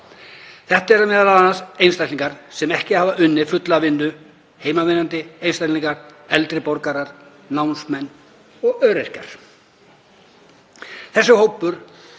Þetta eru m.a. einstaklingar sem ekki hafa unnið fulla vinnu, heimavinnandi einstaklingar, eldri borgarar, námsmenn, öryrkjar.